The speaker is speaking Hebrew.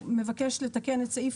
מבקש לתקן את סעיף